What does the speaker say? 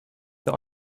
that